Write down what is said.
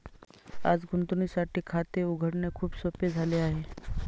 आज गुंतवणुकीसाठी खाते उघडणे खूप सोपे झाले आहे